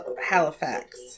Halifax